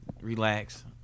relax